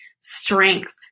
strength